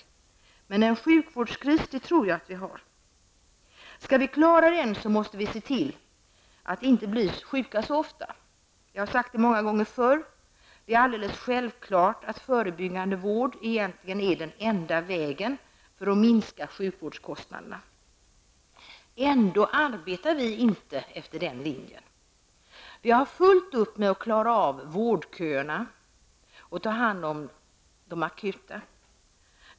Skall vi klara den sjukvårdskris som jag tror att vi har, måste vi se till att vi inte blir sjuka så ofta. Jag har sagt det många gånger förr. Det är självklart att förebyggande vård egentligen är den enda vägen att minska sjukvårdskostnaderna. Ändock arbetar vi inte efter den linjen. Vi har fullt upp med att klara av vårdköerna och med att ta hand om de akut sjuka.